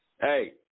hey